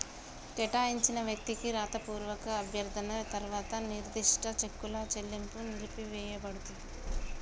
కేటాయించిన వ్యక్తికి రాతపూర్వక అభ్యర్థన తర్వాత నిర్దిష్ట చెక్కుల చెల్లింపు నిలిపివేయపడతది